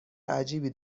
عجیبی